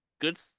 good